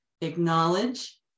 acknowledge